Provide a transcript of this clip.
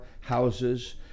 houses